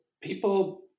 people